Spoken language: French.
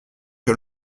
que